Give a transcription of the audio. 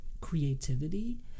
creativity